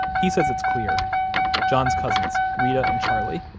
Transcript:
he says it's clear john's cousin's, reta and charlie.